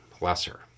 lesser